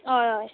हय हय